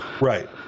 right